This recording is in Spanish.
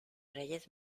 reyes